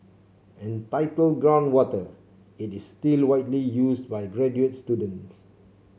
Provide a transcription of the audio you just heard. entitled Groundwater it is still widely used by graduate students